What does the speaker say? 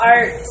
Art